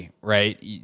right